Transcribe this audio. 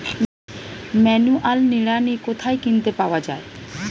Manual নিড়ানি কোথায় কিনতে পাওয়া যায়?